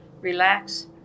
relax